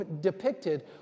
depicted